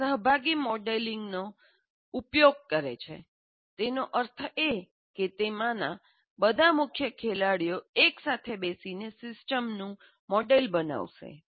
તે સહભાગી મોlડેલિંગનો ઉપયોગ કરે છે તેનો અર્થ એ કે તેમાંના બધા મુખ્ય ખેલાડીઓ એક સાથે બેસીને સિસ્ટમનું મોડેલ બનાવશે